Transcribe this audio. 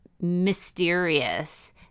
mysterious